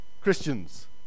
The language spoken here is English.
Christians